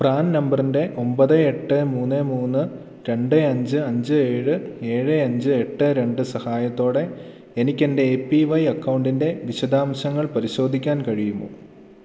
PRAN നമ്പറിൻ്റെ ഒമ്പത് എട്ട് മൂന്ന് മൂന്ന് രണ്ട് അഞ്ച് അഞ്ച് ഏഴ് ഏഴ് അഞ്ച് എട്ട് രണ്ട് സഹായത്തോടെ എനിക്ക് എൻ്റെ എ പി വൈ അക്കൗണ്ടിൻ്റെ വിശദാംശങ്ങൾ പരിശോധിക്കാൻ കഴിയുമോ